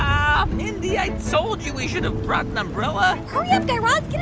um mindy, i told you we should have brought an umbrella hurry up, guy raz.